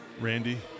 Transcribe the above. Randy